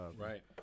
right